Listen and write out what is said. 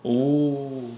oh